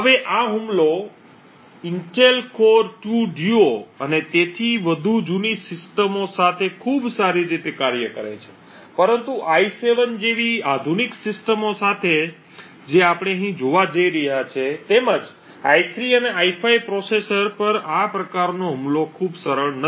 હવે આ હુમલો ઇન્ટેલ કોર 2 ડ્યૂઓ અને તેથી વધુ જૂની સિસ્ટમો સાથે ખૂબ સારી રીતે કાર્ય કરે છે પરંતુ i7 જેવી આધુનિક સિસ્ટમો સાથે જે આપણે અહીં જોવા જઇ રહ્યા છીએ તેમ જ i3 અને i5 પ્રોસેસરો પર આ પ્રકારનો હુમલો ખૂબ સફળ નથી